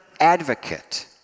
advocate